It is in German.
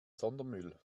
sondermüll